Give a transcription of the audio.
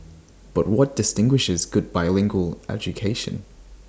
but what distinguishes good bilingual education